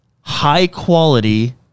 high-quality